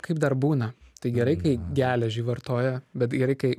kaip dar būna tai gerai kai geležį vartoja bet gerai kai